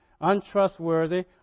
untrustworthy